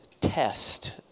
test